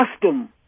custom